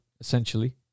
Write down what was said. essentially